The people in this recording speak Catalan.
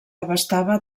abastava